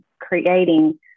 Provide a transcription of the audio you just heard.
creating